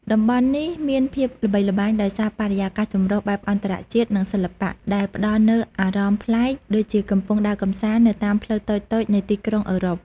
តំបន់នេះមានភាពល្បីល្បាញដោយសារបរិយាកាសចម្រុះបែបអន្តរជាតិ និងសិល្បៈ ដែលផ្តល់នូវអារម្មណ៍ប្លែក ដូចជាកំពុងដើរកម្សាន្តនៅតាមផ្លូវតូចៗនៃទីក្រុងអឺរ៉ុប។